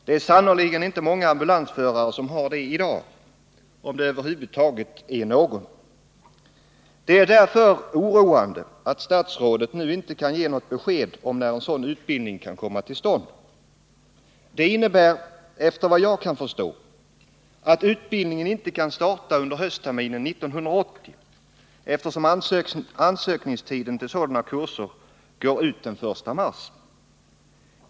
Det är sannerligen inte många ambulansförare som har det i dag — om det över huvud taget är någon. Det är därför oroande att statsrådet nu inte kan ge något besked om när en sådan utbildning kan komma till stånd. Det innebär-— efter vad jag kan förstå = att utbildningen inte kan starta under höstterminen 1980, eftersom ansökningstiden när det gäller sådana kurser går ut den 1 mars.